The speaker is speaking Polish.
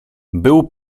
był